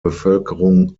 bevölkerung